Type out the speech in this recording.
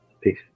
peace